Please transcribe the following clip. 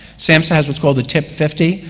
samhsa has what's called a tip fifty,